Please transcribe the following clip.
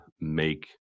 make